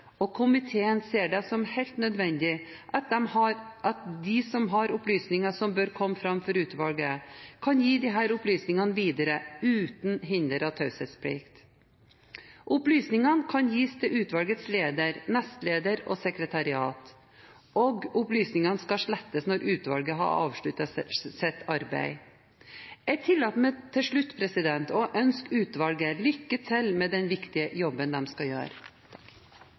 og komiteen ser det som helt nødvendig at de som har opplysninger som bør komme fram for utvalget, kan gi opplysningene videre uten å være hindret av taushetsplikt. Opplysningene kan gis til utvalgets leder, nestleder og sekretariat. Opplysningene skal slettes når utvalget har avsluttet sitt arbeid. Jeg tillater meg til slutt å ønske utvalget lykke til med den viktige jobben de skal gjøre.